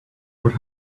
would